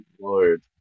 Lord